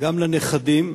גם לנכדים,